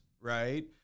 right